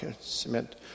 Cement